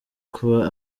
kuba